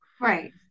right